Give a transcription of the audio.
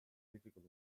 difficult